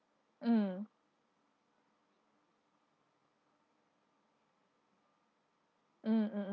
mm mm mm mm